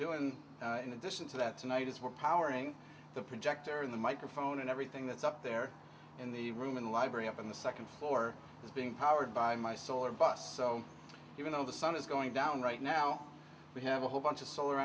doing in addition to that tonight is we're powering the projector and the microphone and everything that's up there in the room in the library up on the second floor is being powered by my solar bus so even though the sun is going down right now we have a whole bunch of solar